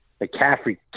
McCaffrey